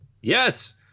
yes